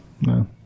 No